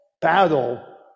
battle